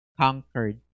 conquered